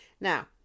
Now